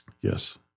Yes